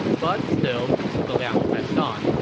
but still, zhuge liang pressed on,